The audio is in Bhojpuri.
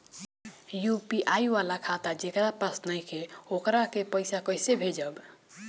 यू.पी.आई वाला खाता जेकरा पास नईखे वोकरा के पईसा कैसे भेजब?